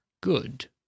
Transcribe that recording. good